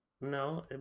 no